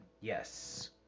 Yes